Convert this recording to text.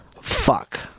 fuck